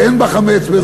שאין בה חמץ בעזרת השם.